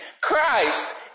christ